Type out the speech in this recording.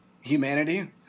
humanity